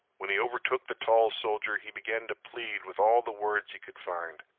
when he overtook the tall soldier he began to plead with all the words he could find.